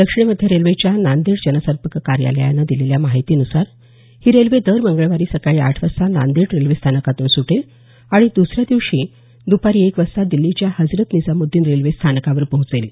दक्षिण मध्य रेल्वेच्या नांदेड जनसंपर्क कार्यालयानं दिलेल्या माहितीनुसार ही रेल्वे दर मंगळवारी सकाळी आठ वाजता नांदेड रेल्वे स्थानकातून सुटेल आणि दुसऱ्या दिवशी दुपारी एक वाजता दिल्लीच्या हजरत निझामुद्दीन रेल्वे स्थानकावर पोहोचेल